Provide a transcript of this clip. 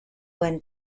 when